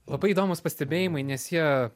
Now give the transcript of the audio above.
labai įdomūs pastebėjimai nes jie